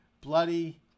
bloody